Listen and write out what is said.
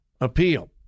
appeal